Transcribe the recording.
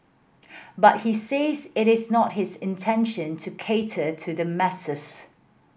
but he says it is not his intention to cater to the masses